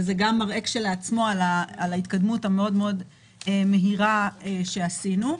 וזה כשלעצמו מראה על ההתקדמות המאוד מהירה שעשינו.